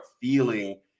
feeling